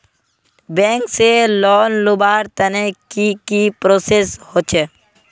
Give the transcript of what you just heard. Bank से loan लुबार तने की की प्रोसेस होचे?